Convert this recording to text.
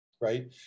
right